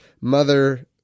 mother